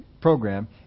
program